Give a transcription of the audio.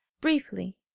briefly